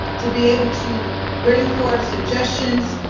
to be able to bring forth suggestions.